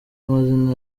amazina